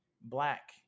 black